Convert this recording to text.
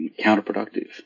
counterproductive